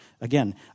again